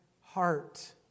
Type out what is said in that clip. heart